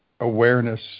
awareness